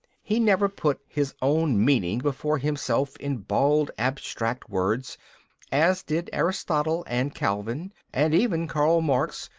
he never put his own meaning before himself in bald abstract words as did aristotle and calvin, and even karl marx,